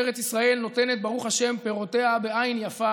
ארץ ישראל נותנת, ברוך השם, פירותיה בעין יפה